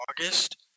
August